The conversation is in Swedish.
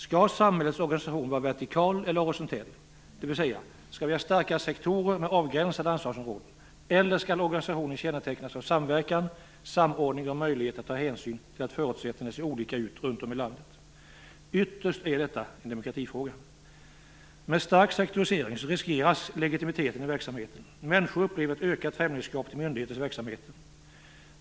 Skall samhällets organisation vara vertikal eller horisontell, dvs. skall vi ha starkare sektorer med avgränsade ansvarsområden eller skall organisationen kännetecknas av samverkan, samordning och möjligheter att ta hänsyn till att förutsättningarna ser olika ut runt om i landet? Ytterst är detta en demokratifråga. Med en stark sektorisering riskeras legitimiteten i verksamheten. Människor upplever ett ökat främlingskap inför myndigheternas verksamheter.